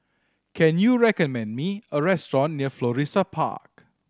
can you recommend me a restaurant near Florissa Park